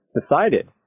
decided